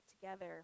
together